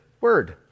word